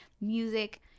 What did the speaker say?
music